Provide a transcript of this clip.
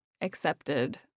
accepted